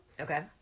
okay